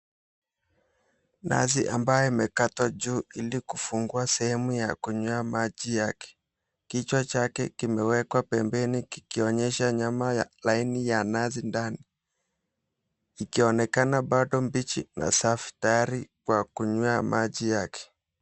Nazi ambayo imekatwa juu ili kufungua sehemu ya kunywea maji yake, kichwa chake kimewekwa pembeni kikionyesha nyama ya laini ya nazi, ndani ikionekana bado mbichi na safi tayari kwa kunywea maji yake.